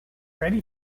ready